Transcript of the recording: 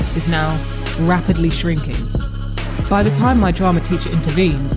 is now rapidly shrinking by the time my drama teacher intervened,